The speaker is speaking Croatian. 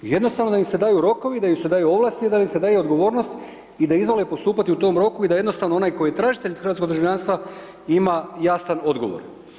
Jednostavno da im se daju rokovi, da im se daju ovlasti, da im se daju odgovornost i da izvole postupati u tom roku i da jednostavno onaj koji je tražitelj hrvatskog državljanstva ima jasan odgovor.